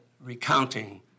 recounting